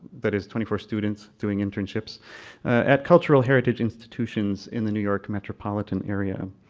that is twenty four students doing internships at cultural heritage institutions in the new york metropolitan area.